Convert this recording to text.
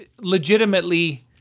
legitimately